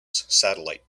satellite